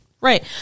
Right